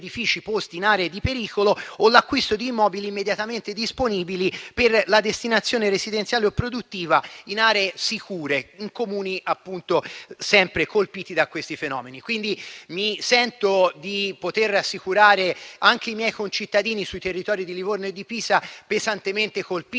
Quindi mi sento di poter rassicurare anche i miei concittadini sui territori di Livorno e di Pisa, pesantemente colpiti